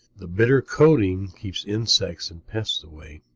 the bitter coating keeps insects and pests away.